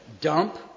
dump